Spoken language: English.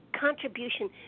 contribution